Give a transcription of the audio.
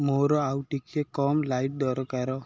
ମୋର ଆଉ ଟିକେ କମ୍ ଲାଇଟ୍ ଦରକାର